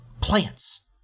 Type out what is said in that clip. plants